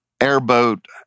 airboat